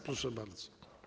Proszę bardzo.